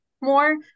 more